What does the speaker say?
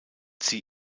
sie